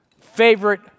favorite